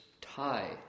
tie